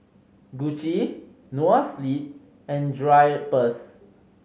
Gucci Noa Sleep and Drypers